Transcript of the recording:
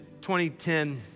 2010